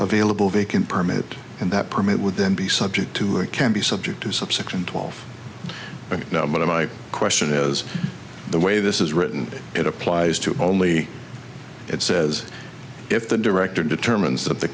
available vacant permit and that permit would then be subject to a can be subject to subsection twelve but now my question is the way this is written it applies to only it says if the director determines that the